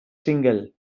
single